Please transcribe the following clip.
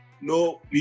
no